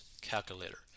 calculator